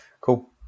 cool